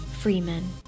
Freeman